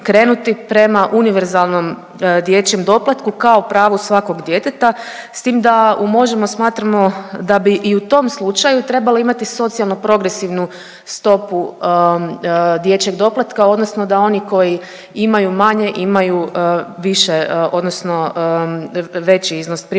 prema univerzalnom dječjem doplatku kao pravu svakog djeteta s tim da u Možemo! smatramo da bi i u tom slučaju trebalo imati socijalno progresivnu stopu dječjeg doplatka odnosno da oni koji imaju manje imaju više odnosno veći iznos, primaju